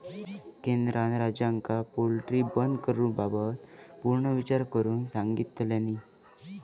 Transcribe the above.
केंद्रान राज्यांका पोल्ट्री बंद करूबाबत पुनर्विचार करुक सांगितलानी